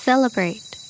Celebrate